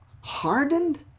hardened